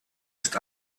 ist